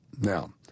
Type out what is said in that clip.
Now